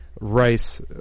rice